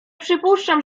przypuszczam